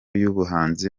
y’ubuhanzi